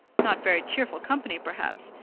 not very cheerful company, perhaps,